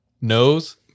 Nose